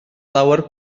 lawer